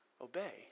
obey